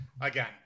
again